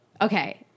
okay